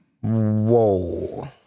Whoa